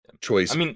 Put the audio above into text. choice